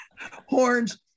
horns